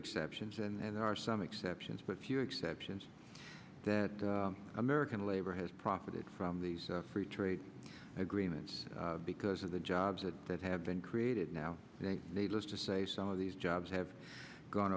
exceptions and there are some exceptions but few exceptions that american labor has profited from these free trade agreements because of the jobs that have been created now needless to say some of these jobs have gone